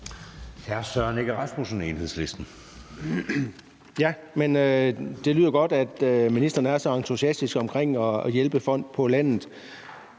Søren Egge Rasmussen (EL): Det lyder godt, at ministeren er så entusiastisk omkring at hjælpe folk på landet.